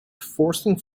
forcing